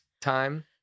time